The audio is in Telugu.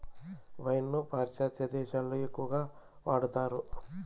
వైన్ ను పాశ్చాత్య దేశాలలో ఎక్కువగా వాడతారు